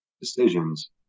decisions